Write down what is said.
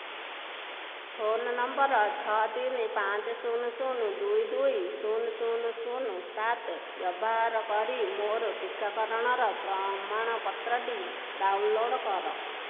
phone number ଛଅ ତିନି ପାଞ୍ଚ ଶୂନ ଶୂନ ଦୁଇ ଦୁଇ ଶୂନ ଶୂନ ଶୂନ ସାତ ବ୍ୟବହାର କରି ମୋର ଟିକାକରଣର ପ୍ରମାଣପତ୍ରଟି ଡାଉନଲୋଡ଼୍ କର